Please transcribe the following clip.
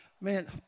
Man